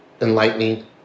enlightening